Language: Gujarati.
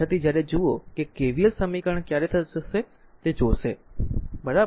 પાછળથી જ્યારે જુઓ કે KVL સમીકરણ ક્યારે જશે તે જોશે બરાબર